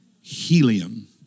Helium